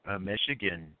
Michigan